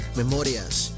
memorias